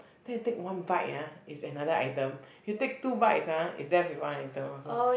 then I take one bite ah is another item you take two bites ah is there with one item also